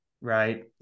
right